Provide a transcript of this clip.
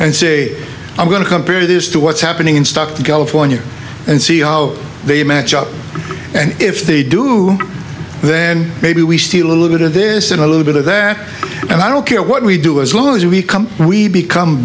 and say i'm going to compare this to what's happening in stockton california and see how they match up and if they do then maybe we see a little bit of this in a little bit of that and i don't care what we do as long as we come we become